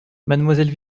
mademoiselle